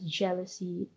jealousy